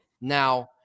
Now